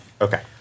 Okay